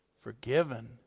forgiven